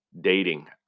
dating